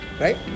right